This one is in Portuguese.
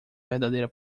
verdadeira